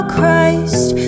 Christ